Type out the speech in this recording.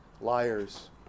liars